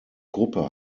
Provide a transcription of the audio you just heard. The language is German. gruppe